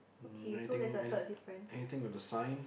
okay so that's a third difference